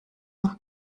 noch